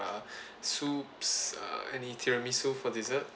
uh soups uh any tiramisu for dessert